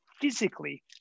physically